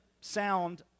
sound